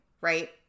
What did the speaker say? right